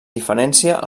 diferència